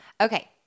Okay